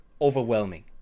overwhelming